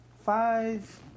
five